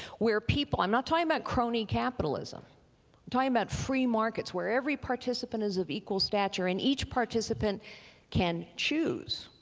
where people. i'm not talking about crony capitalism, i'm talking about free markets where every participant is of equal stature and each participant can choose